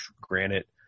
granite